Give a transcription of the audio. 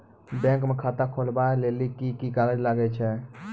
Bank म खाता खोलवाय लेली की की कागज लागै छै?